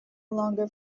longer